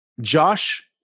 Josh